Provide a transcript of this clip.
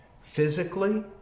physically